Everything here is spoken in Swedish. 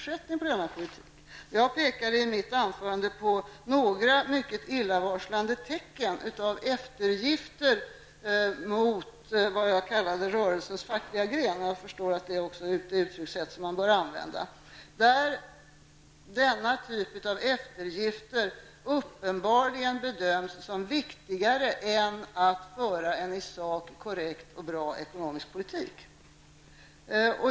Jag pekade i mitt anförande på några mycket illavarslande tecken, nämligen eftergifter mot vad jag kallade rörelsens fackliga gren -- jag förstår att det är det uttryckssättet man bör använda. Sådana eftergifter bedöms uppenbarligen som viktigare än att föra en i sak korrekt och bra ekonomisk politik.